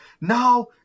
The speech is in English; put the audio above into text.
Now